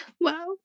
Wow